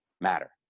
matter